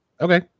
Okay